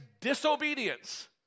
disobedience